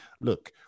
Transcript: look